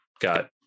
got